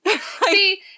See